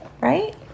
right